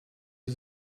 his